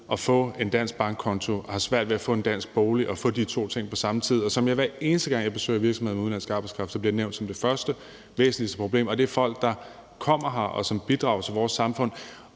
at få en dansk bankkonto og svært ved at få en dansk bolig og få de to ting på samme tid, og det er det, som, hver eneste gang jeg besøger virksomheder med udenlandsk arbejdskraft, bliver nævnt som det første og væsentligste problem. Og det er folk, der kommer og bidrager til vores samfund.